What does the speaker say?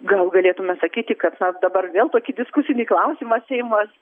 gal galėtume sakyti kad dabar vėl tokį diskusinį klausimą seimas